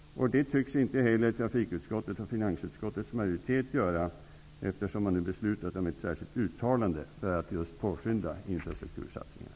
Det tycks inte heller majoriteten i trafikutskottet och finansutskottet göra, eftersom man nu beslutat om ett särskilt uttalande för att påskynda infrastruktursatsningarna.